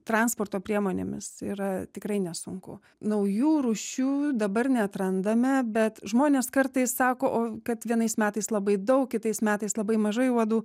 transporto priemonėmis yra tikrai nesunku naujų rūšių dabar neatrandame bet žmonės kartais sako o kad vienais metais labai daug kitais metais labai mažai uodų